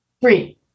three